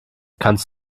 kannst